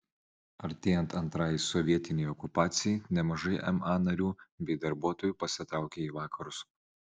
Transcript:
artėjant antrajai sovietinei okupacijai nemažai ma narių bei darbuotojų pasitraukė į vakarus